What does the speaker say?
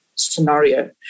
Scenario